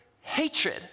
hatred